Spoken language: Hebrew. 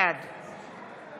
בעד